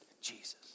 Jesus